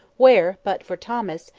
where, but for thomas,